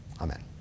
Amen